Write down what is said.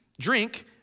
drink